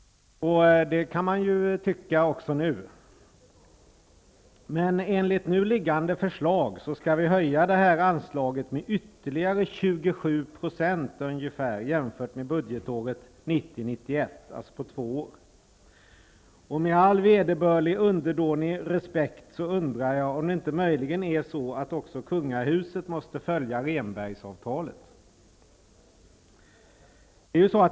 Det kan man ju tycka också nu. Men enligt det föreliggande förslaget skall anslaget höjas med ytterligare ca 27 %, jämfört med budgetåret 1990/91. Med all nödvändig underdånig respekt undrar jag om det möjligen inte är så, att också kungahuset måste följa Rehnbergavtalet.